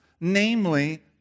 namely